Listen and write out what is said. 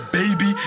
baby